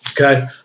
Okay